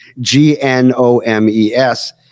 g-n-o-m-e-s